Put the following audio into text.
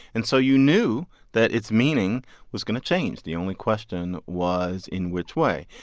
and so you knew that its meaning was going to change, the only question was in which way.